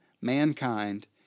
mankind